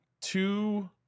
two